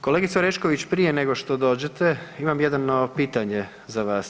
Kolegice Orešković, prije nego što dođete, imam jedno pitanje za vas.